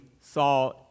saw